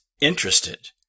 interested